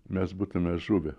mes būtume žuvę